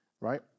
right